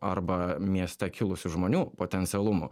arba mieste kilusių žmonių potencialumų